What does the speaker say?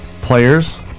players